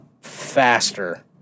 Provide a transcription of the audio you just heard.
faster